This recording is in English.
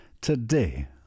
today